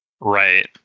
Right